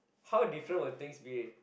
how different will things be